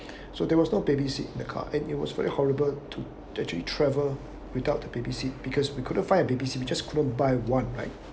so there was no baby seat in the car and it was very horrible to actually travel without the baby seat because we couldn't find a baby seat we just couldn't buy one right